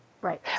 right